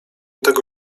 tego